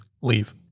Leave